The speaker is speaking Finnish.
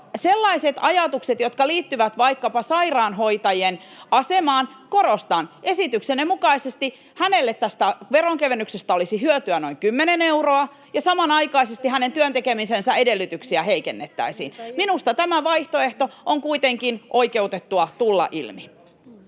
Sellaiset ajatukset, jotka liittyvät vaikkapa sairaanhoitajien asemaan... Korostan, että esityksenne mukaisesti hänelle tästä veronkevennyksestä olisi hyötyä noin kymmenen euroa ja samanaikaisesti hänen työn tekemisensä edellytyksiä heikennettäisiin. Minusta tämä vaihtoehto on kuitenkin oikeutettua tulla ilmi.